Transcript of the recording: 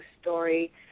story